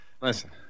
Listen